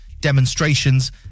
demonstrations